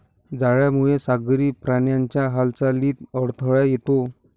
जाळ्यामुळे सागरी प्राण्यांच्या हालचालीत अडथळा येतो